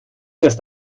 erst